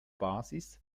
basis